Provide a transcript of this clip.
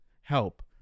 help